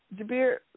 Jabir